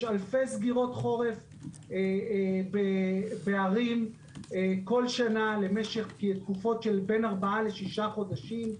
יש אלפי סגירות חורף בערים בכל שנה למשך תקופות של בין 4 6 חודשים.